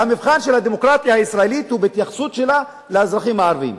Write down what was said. והמבחן של הדמוקרטיה הישראלית הוא בהתייחסות שלה לאזרחים הערבים.